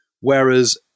whereas